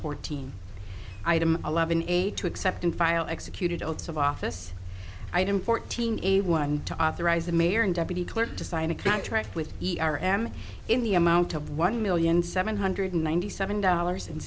fourteen item eleven eight to accept and file executed oaths of office item fourteen eighty one to authorize the mayor and deputy clerk to sign a contract with e r m in the amount of one million seven hundred ninety seven dollars and